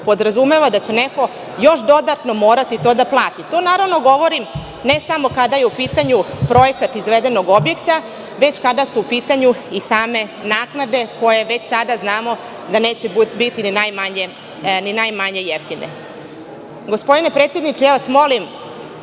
podrazumeva da će neko još dodatno morati to da plati. To, naravno, govorim ne samo kada je u pitanju projekat izvedenog objekta, veća kada su u pitanju i same naknade, koje već sada, znamo, da neće biti ni najmanje